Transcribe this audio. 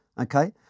okay